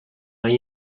hay